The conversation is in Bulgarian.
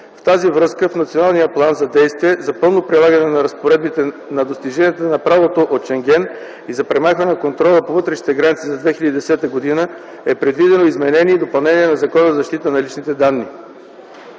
В тази връзка в Националния план за действие за пълно прилагане на разпоредбите на достиженията на правото от Шенген и за премахване контрола по вътрешните граници за 2010 г. е предвидено изменение и допълнение на Закона за защита на личните данни.